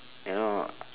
you know